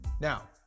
Now